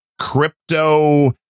crypto